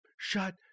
Shut